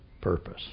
purpose